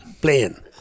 playing